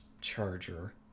Charger